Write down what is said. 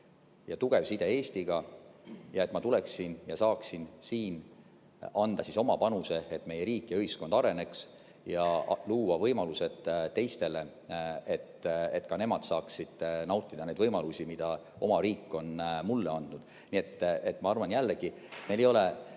tugev side Eestiga ja et ma tuleksin ja saaksin siin anda oma panuse, et meie riik ja ühiskond areneks, ja saaksin luua võimalusi teistele, et ka nemad saaksid nautida neid võimalusi, mida riik on mulle andnud. Nii et ma arvan, et jällegi meil ei ole